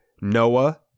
Noah